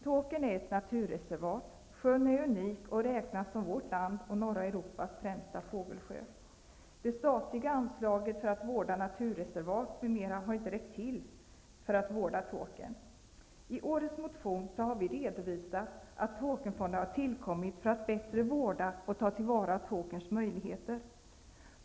Tåkern är ett naturreservat, sjön är unik och räknas som vårt lands och norra Europas främsta fågelsjö. Det statliga anslaget för att vårda naturreservat m.m. har inte räckt till för att vårda Tåkern. I årets motion har vi redovisat att Tåkernfonden har tillkommit för att bättre vårda och ta till vara Tåkerns möjligheter.